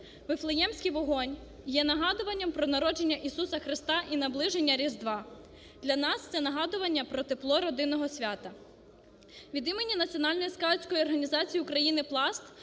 Вифлеємськийвогонь є нагадуванням про народження Ісуса Христа і наближення Різдва. Для нас – це нагадування про тепло родинного свята. Від імені Національної скаутської організації України "Пласт"